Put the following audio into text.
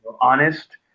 honest